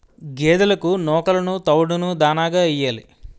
గేదెలకు నూకలును తవుడును దాణాగా యియ్యాలి